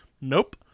nope